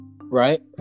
Right